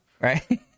Right